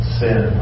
sin